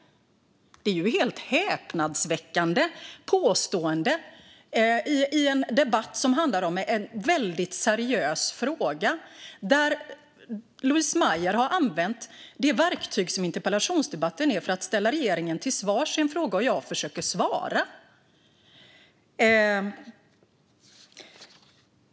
Det är ett häpnadsväckande påstående i en debatt som handlar om en väldigt seriös fråga. Louise Meijer har använt interpellationsdebattverktyget, som är till för att ställa regeringen till svars i en fråga, och jag försöker svara.